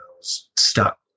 stuck